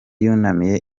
yunamiye